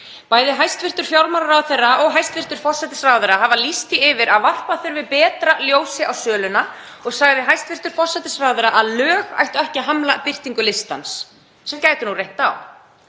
Bæði hæstv. fjármálaráðherra og hæstv. forsætisráðherra hafa lýst því yfir að varpa þurfi betra ljósi á söluna og sagði hæstv. forsætisráðherra að lög ættu ekki að hamla birtingu listans, sem gæti nú reynt á.